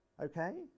Okay